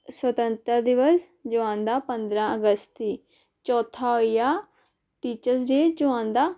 स्वतंत्र दिवस जो आंदा पंदरां अगस्त गी चौथा होई गेआ टीचर्स डे जो आंदा